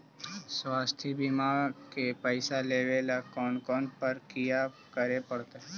स्वास्थी बिमा के पैसा लेबे ल कोन कोन परकिया करे पड़तै?